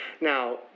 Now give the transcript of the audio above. Now